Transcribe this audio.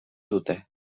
dute